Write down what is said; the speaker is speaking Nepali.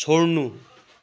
छोड्नु